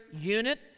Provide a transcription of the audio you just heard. unit